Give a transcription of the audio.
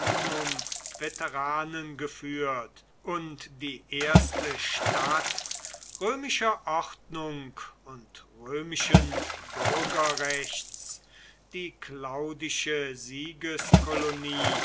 veteranen geführt und die erste stadt römischer ordnung und römischen bürgerrechts die claudische